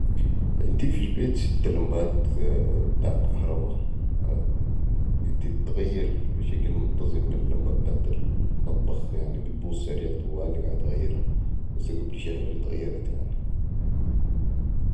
عندي في البيت سته لمبات بتاعت كهرباء بتتغير بشكل منتظم المبه بتاعت المطبخ يعني بتبوظ سريع طوالي قعد اغيرا هسع قبل شهر اتغيرت يعني